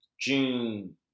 June